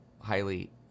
highly